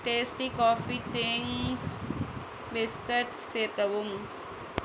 tasty coffee thanks biscuits சேர்க்கவும்